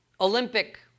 Olympic